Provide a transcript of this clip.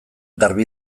garbi